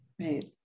right